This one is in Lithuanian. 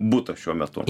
butas šiuo metu